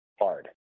hard